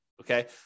okay